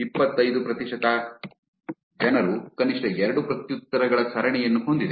ಇಪ್ಪತ್ತೈದು ಪ್ರತಿಶತವು ಕನಿಷ್ಠ ಎರಡು ಪ್ರತ್ಯುತ್ತರಗಳ ಸರಣಿಯನ್ನು ಹೊಂದಿದೆ